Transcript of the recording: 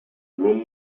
room